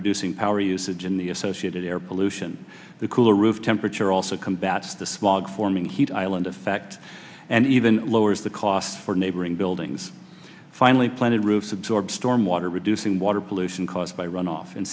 reducing power usage in the associated air pollution the cooler roof temperature also combats this log forming heat island effect and even lowers the costs for neighboring buildings finally planted roofs absorb storm water reducing water pollution caused by runoff in